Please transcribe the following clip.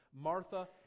Martha